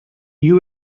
you